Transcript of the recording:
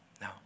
no